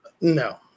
No